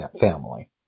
family